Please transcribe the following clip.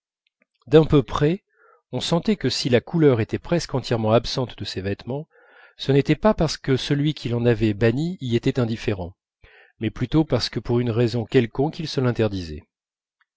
d'un peu près on sentait que si la couleur était presque entièrement absente de ces vêtements ce n'était pas parce que celui qui l'en avait bannie y était indifférent mais plutôt parce que pour une raison quelconque il se l'interdisait